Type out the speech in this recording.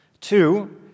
Two